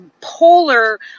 polar